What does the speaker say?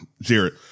Jared